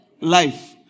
Life